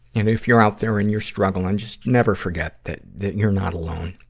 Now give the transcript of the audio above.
you know if you're out there and you're struggling, just never forget that, that you're not alone.